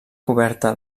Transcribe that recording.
coberta